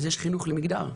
אז יש חינוך למגדר.